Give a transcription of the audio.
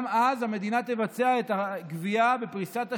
גם אז המדינה תבצע את הגבייה בפריסת תשלומים,